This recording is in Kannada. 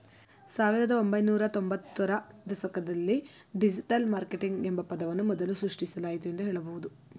ಸಾವಿರದ ಒಂಬೈನೂರ ತ್ತೊಂಭತ್ತು ರ ದಶಕದಲ್ಲಿ ಡಿಜಿಟಲ್ ಮಾರ್ಕೆಟಿಂಗ್ ಎಂಬ ಪದವನ್ನು ಮೊದಲು ಸೃಷ್ಟಿಸಲಾಯಿತು ಎಂದು ಹೇಳಬಹುದು